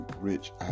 rich